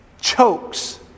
chokes